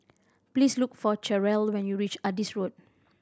please look for Cheryll when you reach Adis Road